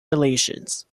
relations